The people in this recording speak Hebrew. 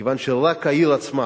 כיוון שרק העיר עצמה,